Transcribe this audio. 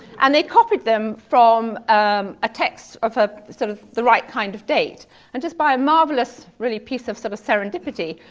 and they copied them from um a text of a sort of the right kind of date and just by a marvelous, really piece of sort of serendipity.